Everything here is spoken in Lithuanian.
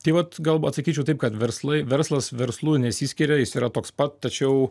tai vat galb atsakyčiau taip kad verslai verslas verslu nesiskiria jis yra toks pat tačiau